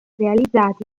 realizzati